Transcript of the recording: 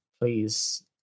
please